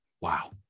Wow